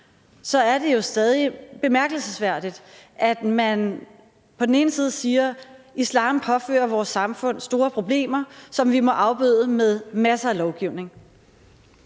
– at det så er bemærkelsesværdigt, at man på den ene side siger, at islam påfører vores samfund store problemer, som vi må afbøde med masser af lovgivning,